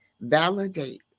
validate